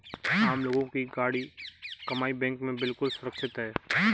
आम लोगों की गाढ़ी कमाई बैंक में बिल्कुल सुरक्षित है